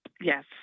Yes